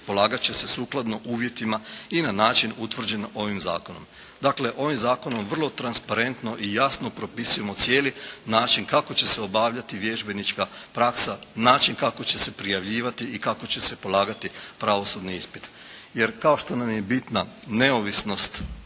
polagat će se sukladno uvjetima i na način utvrđen ovim zakonom. Dakle ovim zakonom vrlo transparentno i jasno propisujemo cijeli način kako će se obavljati vježbenička praksa, način kako će se prijavljivati i kako će se polagati pravosudni ispit. Jer kao što nam je bitna neovisnost